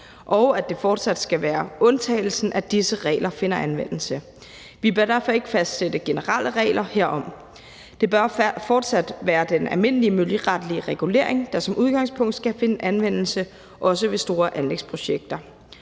og at det fortsat skal være undtagelsen, at disse regler finder anvendelse. Vi bør derfor ikke fastsætte generelle regler herom. Det bør fortsat være den almindelige miljøretlige regulering, der som udgangspunkt skal finde anvendelse også ved store anlægsprojekter,